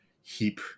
heap